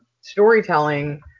storytelling